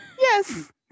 Yes